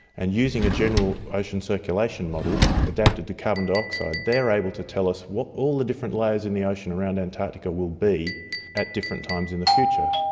and using a general ocean circulation model adapted to carbon dioxide they are able to tell us what all the different layers in the ocean around antarctica will be at different times in the future.